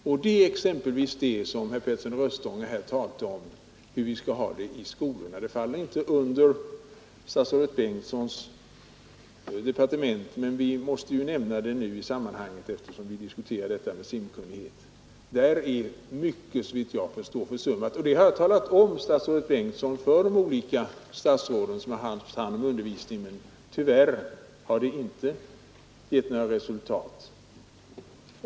Detta gäller t.ex. vad herr Petersson i Röstånga talade om, hur vi skall ha det i skolorna. Detta faller visserligen inte under statsrådet Bengtssons departement, men vi måste nämna det i sammanhanget eftersom vi diskuterar skolans bidrag till en ökad simkunnighet. Där är tyvärr mycket försummat, såvitt jag förstår. Och det har jag, statsrådet Bengtsson, talat om för de olika statsråd som har haft hand om undervisningen, men tyvärr utan resultat.